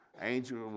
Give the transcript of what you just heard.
Angel